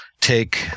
take